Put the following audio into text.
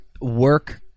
work